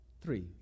Three